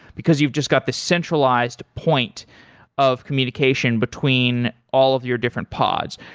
because you've just got the centralized point of communication between all of your different pods.